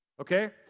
okay